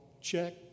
check